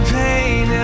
pain